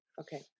Okay